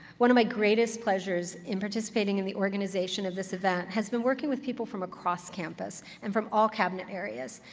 one of my greatest pleasures in participating in the organization of this event has been working with people from across campus, and from all cabinet areas.